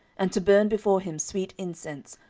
and to burn before him sweet incense,